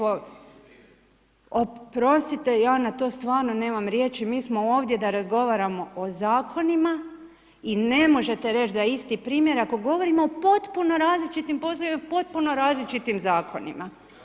Oprostite, ja na to stvarno nemam riječi, mi smo ovdje da razgovaramo o zakonima i ne možete reći da je isti primjer ako govorimo o potpuno različitim poslovima, potpuno različitim zakonima.